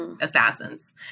assassins